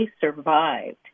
survived